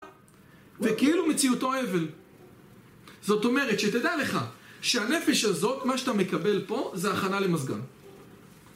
וכאילו מציאותו הבל. זאת אומרת שתדע לך שהנפש הזאת מה שאתה מקבל פה זה הכנה למזגן